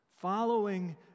Following